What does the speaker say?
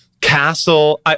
castle